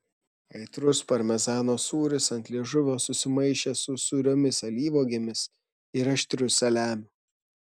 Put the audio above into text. aitrus parmezano sūris ant liežuvio susimaišė su sūriomis alyvuogėmis ir aštriu saliamiu